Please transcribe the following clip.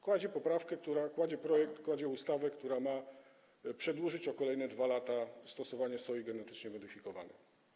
Kładzie poprawkę, kładzie projekt, kładzie ustawę, która ma przedłużyć o kolejne 2 lata stosowanie soi genetycznie zmodyfikowanej.